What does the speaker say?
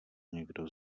někdo